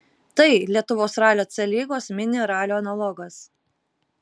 tai lietuvos ralio c lygos mini ralio analogas